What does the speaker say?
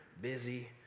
busy